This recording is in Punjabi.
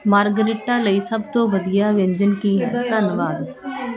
ਮਾਰਗਰੀਟਾ ਲਈ ਸਭ ਤੋਂ ਵਧੀਆ ਵਿਅੰਜਨ ਕੀ ਹੈ ਧੰਨਵਾਦ